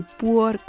poor